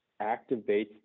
activates